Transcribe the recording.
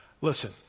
Listen